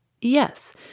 Yes